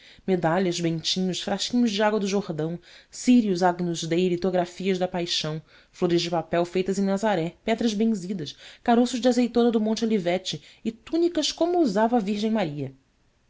medalhas bentinhos frasquinhos de água do jordão círios agnus dei litografias da paixão flores de papel feitas em nazaré pedras benzidas caroços de azeitona do monte olivete e túnicas como usava a virgem maria